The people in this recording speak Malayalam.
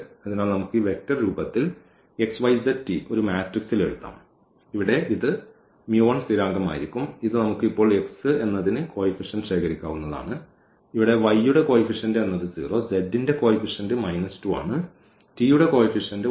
അതിനാൽ നമുക്ക് ഈ വെക്റ്റർ രൂപത്തിൽ x y z t ഒരു മാട്രിക്സിൽ എഴുതാം ഇവിടെ ഇത് സ്ഥിരാങ്കം ആയിരിക്കും ഇത് നമുക്ക് ഇപ്പോൾ x എന്നതിന് കോയിഫിഷ്യന്റ് ശേഖരിക്കാവുന്നതാണ് ഇവിടെ y യുടെ കോയിഫിഷ്യന്റ് എന്നത് 0 z ന്റെ കോയിഫിഷ്യന്റ് മൈനസ് 2 ആണ് t യുടെ കോയിഫിഷ്യന്റ് 1